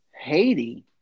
Haiti